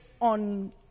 on